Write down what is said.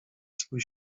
swój